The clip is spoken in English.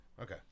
Okay